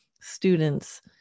students